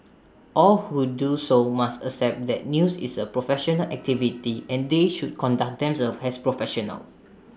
all who do so must accept that news is A professional activity and they should conduct themselves as professionals